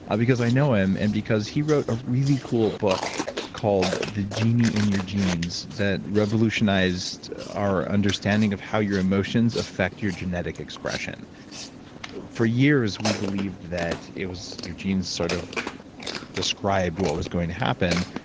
because i know him, and because he wrote a really cool book called the genie in your genes that revolutionized our understanding of how your emotions affect your genetic expression for years, we believed that it was your genes sort of described what was going to happen,